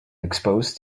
expose